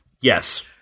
Yes